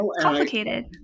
complicated